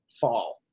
fall